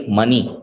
money